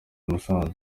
musanze